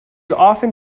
often